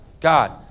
God